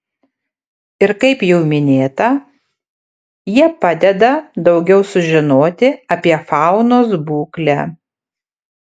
ir kaip jau minėta jie padeda daugiau sužinoti apie faunos būklę